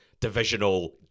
divisional